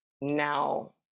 now